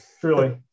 Truly